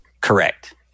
Correct